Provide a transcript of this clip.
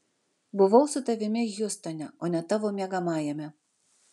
buvau su tavimi hjustone o ne tavo miegamajame